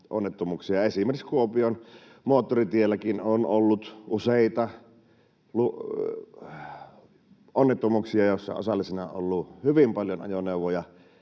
Esimerkiksi Kuopion moottoritielläkin on ollut useita onnettomuuksia, joissa osallisena ollut hyvin paljon ajoneuvoja.